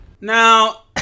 Now